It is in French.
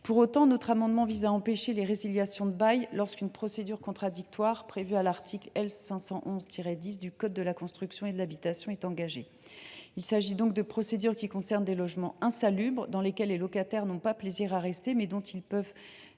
Pour autant, notre amendement vise à empêcher les résiliations de bail lorsqu’une procédure contradictoire prévue à l’article L. 511 10 du code de la construction et de l’habitation est engagée. Il s’agit d’une procédure qui concerne des logements insalubres dans lesquels les locataires n’ont pas plaisir à rester, mais dont il peut